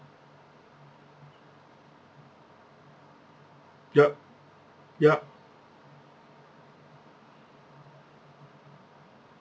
yup yup